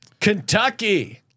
Kentucky